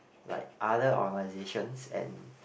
like other organisations and